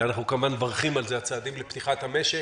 כמובן מברכים על הצעדים לפתיחת המשק